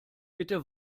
bitte